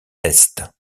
est